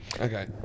Okay